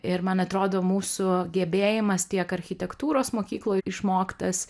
ir man atrodo mūsų gebėjimas tiek architektūros mokykloj išmoktas